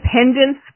Independence